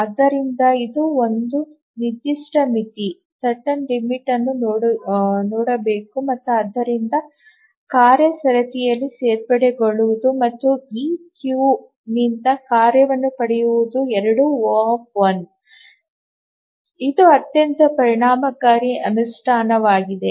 ಆದ್ದರಿಂದ ಇದು ಒಂದು ನಿರ್ದಿಷ್ಟ ಮಿತಿಯನ್ನು ನೋಡಬೇಕು ಮತ್ತು ಆದ್ದರಿಂದ ಕಾರ್ಯ ಸರತಿಯಲ್ಲಿ ಸೇರ್ಪಡೆಗೊಳ್ಳುವುದು ಮತ್ತು ಈ ಕ್ಯೂನಿಂದ ಕಾರ್ಯವನ್ನು ಪಡೆಯುವುದು ಎರಡೂ O ಇದು ಅತ್ಯಂತ ಪರಿಣಾಮಕಾರಿ ಅನುಷ್ಠಾನವಾಗಿದೆ